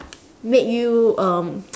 make you um